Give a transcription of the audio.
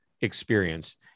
experience